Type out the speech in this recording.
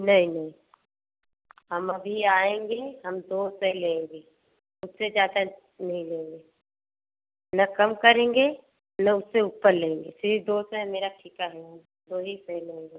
नहीं नहीं हम अभी आएंगे हम दो सौ लेंगे उससे ज़्यादा नही लेंगे न कम करेंगे न उससे ऊपर लेंगे सिर्फ दो सौ है मेरा ठीका है दो ही सौ लेंगे